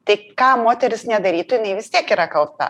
tai ką moteris nedarytų jinai vis tiek yra kalta